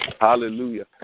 Hallelujah